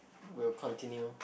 will continue